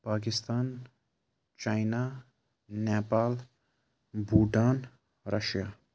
Pakistan China Nepal Bhutan Russia